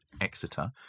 Exeter